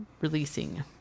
releasing